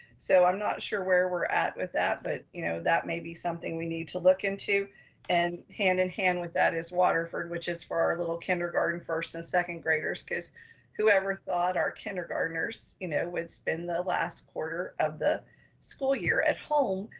so i'm not sure where we're at with that, but you know that may be something we need to look into and hand in hand with that is waterford, which is for our little kindergarten, first and second graders, because whoever thought our kindergartners, you know would spend the last quarter of the school year at home,